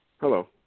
Hello